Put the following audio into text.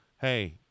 Hey